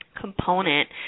component